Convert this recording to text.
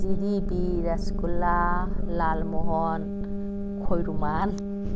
jalebi rasgulla lalmohan ꯈꯣꯏꯔꯨꯃꯥꯟ